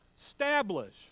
Establish